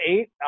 eight